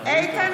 איתן